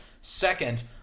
Second